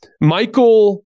Michael